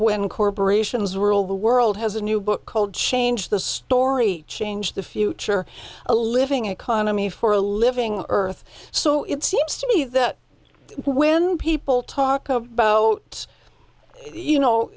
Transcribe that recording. when corporations rule the world has a new book called change the story change the future a living economy for a living earth so it seems to me that when people talk of boat you know